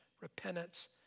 repentance